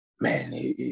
man